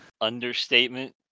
Understatement